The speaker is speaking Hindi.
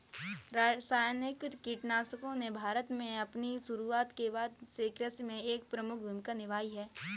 रासायनिक कीटनाशकों ने भारत में अपनी शुरूआत के बाद से कृषि में एक प्रमुख भूमिका निभाई है